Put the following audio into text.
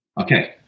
Okay